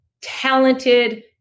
talented